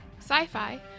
sci-fi